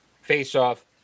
face-off